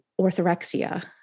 orthorexia